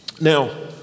Now